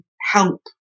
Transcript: help